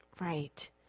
Right